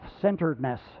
centeredness